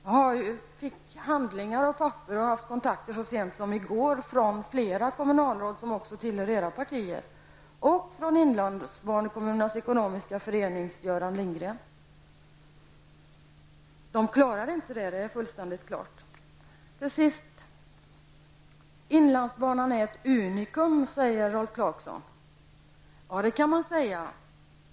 Jag har fått handlingar från och har också så sent som i går haft kontakt med flera kommunalråd, också från era partier. Jag har också haft kontakt med Göran Förening. Man klarar inte detta. Det är fullständigt klart. Till sist: Inlandsbanan är ett unikum, säger Rolf Clarkson. Ja, det kan man säga.